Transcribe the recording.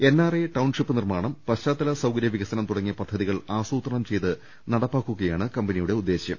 N R I township നിർമ്മാണം പശ്ചാത്തല സൌക ര്യവികസനം തുടങ്ങിയ പദ്ധതികൾ ആസൂത്രണം ചെയ്ത് നടപ്പാക്കുക യാണ് കമ്പനിയുടെ ഉദ്ദേശൃം